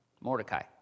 Mordecai